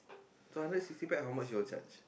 two hundred sixty pax how much you all charge